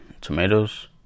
Tomatoes